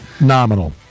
nominal